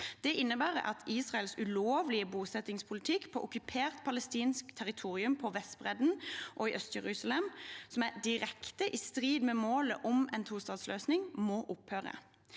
Det innebærer at Israels ulovlige bosettingspolitikk på okkupert palestinsk territorium på Vestbredden og i Øst-Jerusalem, som er direkte i strid med målet om en tostatsløsning, må opphøre.